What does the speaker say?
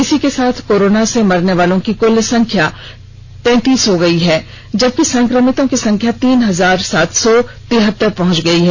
इसी के साथ कोरोना से मरने वालों की कुल संख्या तैतीस हो गई है जबकि संक्रमितों की संख्या तीन हजार सात सौ तिहतर पहुंच गई है